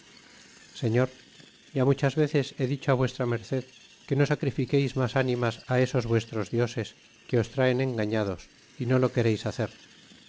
señor ya muchas veces he dicho v md que no sacrifiqueis mas nimas á esos vuestros dioses que os traen engañados y no lo quereis hacer